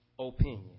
Opinion